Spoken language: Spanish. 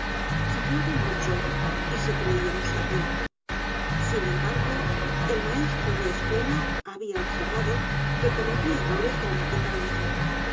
seminario charlaba mucho y se creia un sabio sin embaígo el maestro de escuela habia observado que cometia errores gramaticales